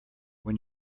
when